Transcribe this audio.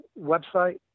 website